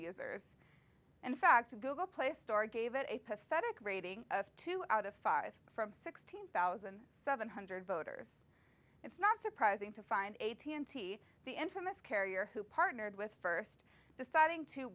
users in fact google play store gave it a pathetic rating of two out of five from sixteen thousand seven hundred voters it's not surprising to find a t n t the infamous carrier who partnered with first deciding to